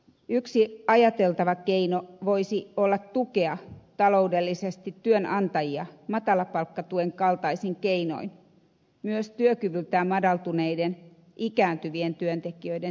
yksi ajateltava keino voisi olla tukea taloudellisesti työnantajia matalapalkkatuen kaltaisin keinoin myös työkyvyltään madaltuneiden ikääntyvien työntekijöiden työllistämisessä